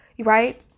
Right